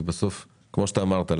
כי כמו שאמרת,